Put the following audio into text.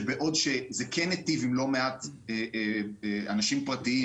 שבעוד שזה כן היטיב עם לא מעט אנשים פרטיים